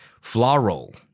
Floral